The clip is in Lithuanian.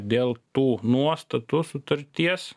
dėl tų nuostatų sutarties